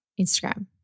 Instagram